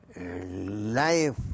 life